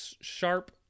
sharp